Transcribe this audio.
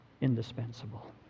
indispensable